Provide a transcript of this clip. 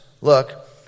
Look